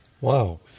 Wow